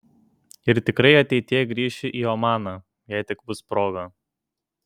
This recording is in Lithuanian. ir tikrai ateityje grįšiu į omaną jei tik bus proga